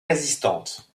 résistante